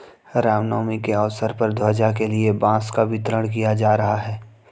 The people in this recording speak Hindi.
राम नवमी के अवसर पर ध्वजा के लिए बांस का वितरण किया जा रहा है